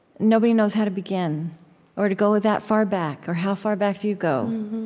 nobody knows how to begin or to go that far back, or, how far back do you go?